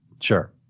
Sure